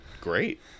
great